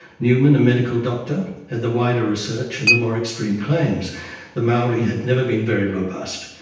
newman, a medical doctor, had the wider research and the more extreme claims the maori had never been very robust,